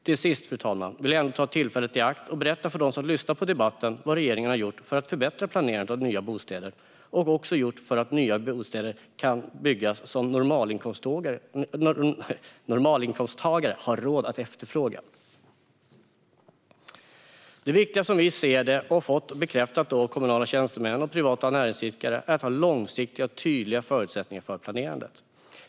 Till sist, fru talman, vill jag ta tillfället i akt och berätta vad regeringen har gjort för att förbättra planerandet av nya bostäder och för att det ska kunna byggas nya bostäder som normalinkomsttagare har råd att efterfråga. Det viktiga är, som vi ser det och också har fått det bekräftat av kommunala tjänstemän och privata näringsidkare, att ha långsiktiga och tydliga förutsättningar för planerandet.